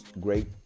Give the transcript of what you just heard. great